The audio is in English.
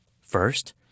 First